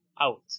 Out